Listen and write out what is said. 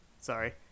sorry